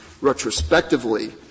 retrospectively